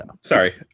Sorry